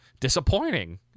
Disappointing